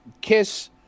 Kiss